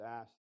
asked